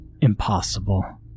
impossible